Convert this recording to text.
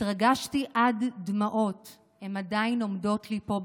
התרגשתי עד דמעות, הן עדיין עומדות לי פה בגרון.